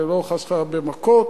ולא חס וחלילה במכות.